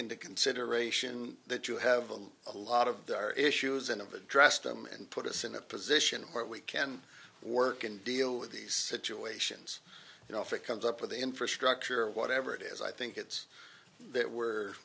into consideration that you have a lot of their issues and of address them and put us in a position where we can work and deal with these situations you know if it comes up with the infrastructure or whatever it is i think it's that we're